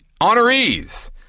honorees